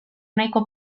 nahiko